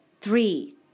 Three